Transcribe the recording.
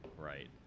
Right